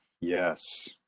Yes